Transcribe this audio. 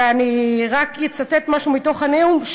ואני רק אצטט משהו מתוך הנאום,